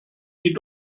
die